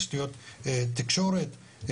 תקשורת,